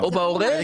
או בהורה?